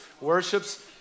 worship's